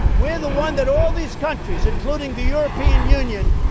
we're the one that all these countries, including the european union,